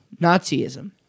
Nazism